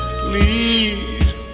please